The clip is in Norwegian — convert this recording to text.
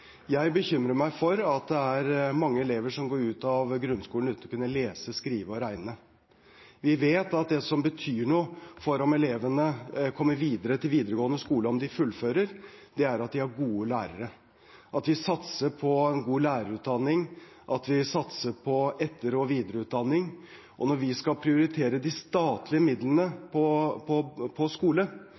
Jeg bekymrer meg over at det er mange elever som går ut av grunnskolen uten å kunne lese, skrive og regne. Vi vet at det som betyr noe for om elevene kommer videre til videregående skole, om de fullfører, er at de har gode lærere, at vi satser på en god lærerutdanning, at vi satser på etter- og videreutdanning. Når vi skal prioritere de statlige midlene på